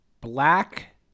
Black